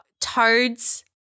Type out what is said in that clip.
Toads